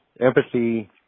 empathy